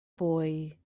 boy